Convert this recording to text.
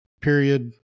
period